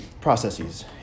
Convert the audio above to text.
processes